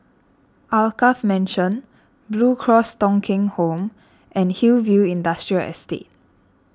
Alkaff Mansion Blue Cross Thong Kheng Home and Hillview Industrial Estate